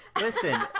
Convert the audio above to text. Listen